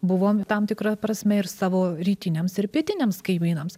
buvom tam tikra prasme ir savo rytiniams ir pietiniams kaimynams